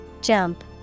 Jump